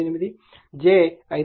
88 j 5